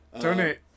donate